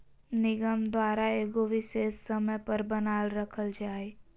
निगम द्वारा एगो विशेष समय पर बनाल रखल जा हइ